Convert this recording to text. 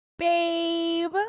babe